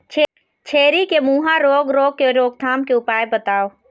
छेरी के मुहा रोग रोग के रोकथाम के उपाय बताव?